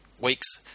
weeks